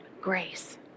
Grace